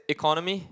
economy